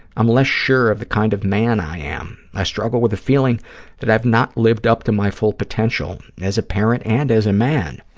i'm less sure of the kind of man i am. i struggle with the feeling that i've not lived up to my full potential and as a parent and as a man.